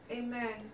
amen